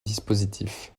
dispositif